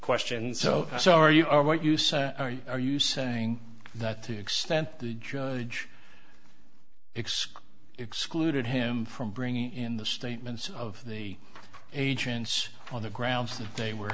questions so so are you are what you say are you saying that to the extent the judge x excluded him from bringing in the statements of the agents on the grounds that they were